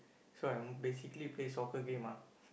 so I'm basically play soccer game ah